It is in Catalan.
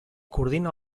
coordina